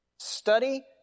study